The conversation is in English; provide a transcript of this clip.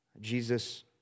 Jesus